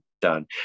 done